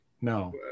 No